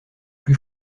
plus